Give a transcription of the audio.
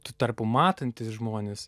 tuo tarpu matantys žmonės